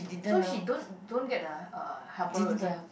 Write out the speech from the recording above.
so she don't don't get the uh helper is it